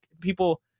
people